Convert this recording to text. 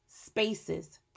spaces